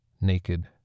Naked